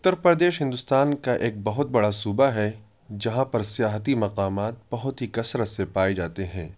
اتر پردیش ہندوستان کا ایک بہت بڑا صوبہ ہے جہاں پر سیاحتی مقامات بہت ہی کثرت سے پائے جاتے ہیں